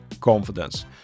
confidence